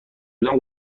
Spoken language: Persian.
بودم